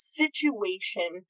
situation